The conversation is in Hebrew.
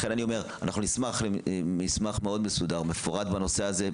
לכן אני אומר שאנחנו נשמח למסמך מאוד מסודר ומפורט בנושא הזה.